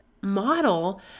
model